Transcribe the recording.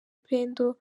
pendo